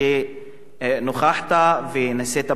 שנכחת ונשאת ברכה,